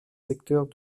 secteurs